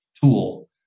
tool